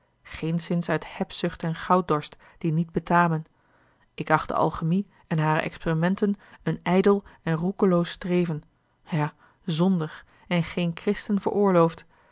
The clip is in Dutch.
geenszins uit hebzucht en gouddorst die niet betamen ik acht de alchimie en hare experimenten een ijdel en roekeloos streven ja zondig en geen christen veroorloofd